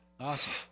Awesome